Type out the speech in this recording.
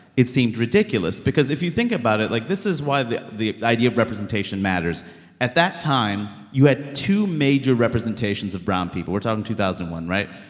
it seemed ridiculous because, if you think about it, like, this is why the the idea of representation matters at that time, you had two major representations of brown people. we're talking two thousand and one. right?